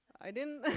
i didn't,